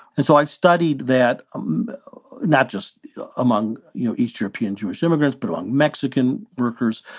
and so i studied that um not just among, you know, east european jewish immigrants, but among mexican workers,